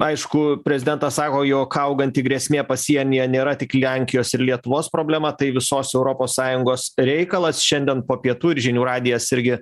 aišku prezidentas sako jog auganti grėsmė pasienyje nėra tik lenkijos ir lietuvos problema tai visos europos sąjungos reikalas šiandien po pietų ir žinių radijas irgi